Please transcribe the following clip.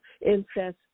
incest